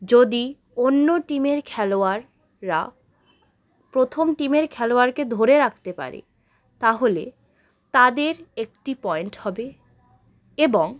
যদি অন্য টিমের খেলোয়াড়রা প্রথম টিমের খেলোয়াড়কে ধরে রাখতে পারে তাহলে তাদের একটি পয়েন্ট হবে এবং